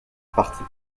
partie